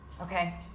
Okay